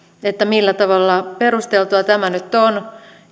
millä tavalla perusteltua tämä nyt on